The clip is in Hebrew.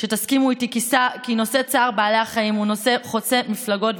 כי תסכימו איתי כי נושא צער בעלי החיים הוא נושא חוצה מפלגות.